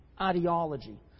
ideology